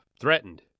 threatened